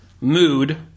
mood